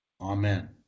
Amen